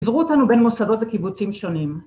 ‫פיזרו אותנו בין מוסדות וקיבוצים שונים.